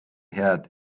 head